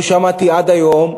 לא שמעתי עד היום,